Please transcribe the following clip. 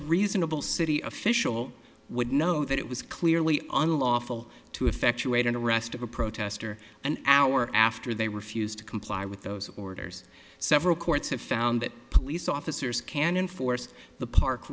reasonable city official would know that it was clearly unlawful to effectuate an arrest of a protester an hour after they refused to comply with those orders several courts have found that police officers can enforce the park